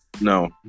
No